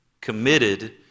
Committed